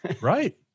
Right